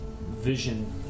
vision